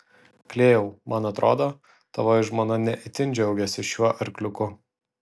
klėjau man atrodo tavoji žmona ne itin džiaugiasi šiuo arkliuku